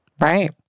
Right